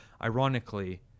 ironically